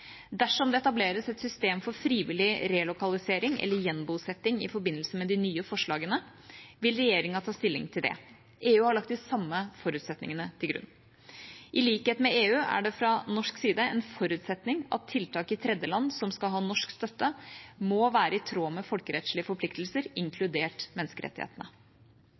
Dersom det etableres et system for frivillig relokalisering eller gjenbosetting i forbindelse med de nye forslagene, vil regjeringa ta stilling til det. EU har lagt de samme forutsetningene til grunn. I likhet med i EU er det fra norsk side en forutsetning at tiltak i tredjeland som skal ha norsk støtte, må være i tråd med folkerettslige forpliktelser, inkludert menneskerettighetene.